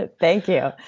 ah thank you.